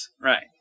Right